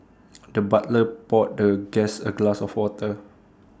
the butler poured the guest A glass of water